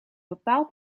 bepaald